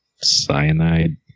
Cyanide